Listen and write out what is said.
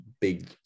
big